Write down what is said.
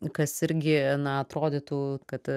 kas irgi na atrodytų kad